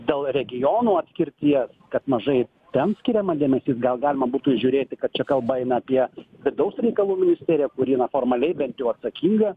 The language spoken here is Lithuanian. dėl regionų atskirties kad mažai ten skiriama dėmesys gal galima būtų įžiūrėti kad čia kalba eina apie vidaus reikalų ministeriją kuri na formaliai bent jau atsakinga